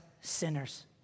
sinners